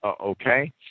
okay